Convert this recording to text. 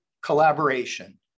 collaboration